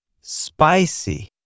spicy